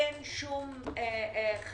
אין שום חשיבה,